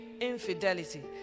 Infidelity